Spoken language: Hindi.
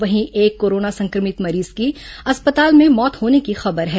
वहीं एक कोरोना संक्रमित मरीज की अस्पताल में मौत होने की खबर है